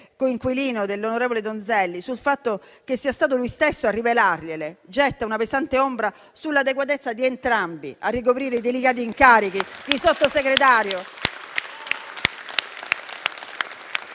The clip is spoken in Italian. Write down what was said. coinquilino dell'onorevole Donzelli, sul fatto che sia stato lui stesso a rivelargliele getta una pesante ombra sull'adeguatezza di entrambi a ricoprire i delicati incarichi di Sottosegretario e di